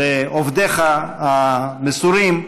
לעובדיך המסורים,